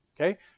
okay